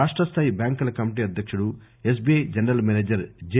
రాష్ట స్దాయి బ్యాంకర్ల కమిటీ అధ్యకుడు ఎస్బిఐ జనరల్ మేనేజర్ జె